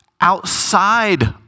Outside